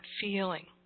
feeling